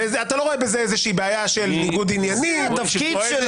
ואתה לא רואה בכך בעיה של ניגוד עניינים או אוקסימורון.